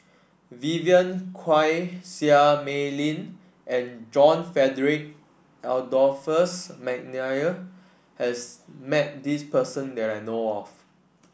Vivien Quahe Seah Mei Lin and John Frederick Adolphus McNair has met this person that I know of